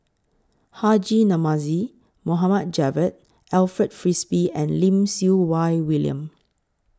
Haji Namazie Mohd Javad Alfred Frisby and Lim Siew Wai William